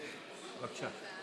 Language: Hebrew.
בבקשה.